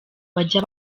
bajya